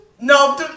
No